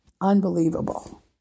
Unbelievable